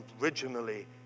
originally